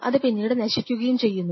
അത് പിന്നീട് നശിക്കുകയും ചെയ്യുന്നു